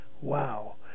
Wow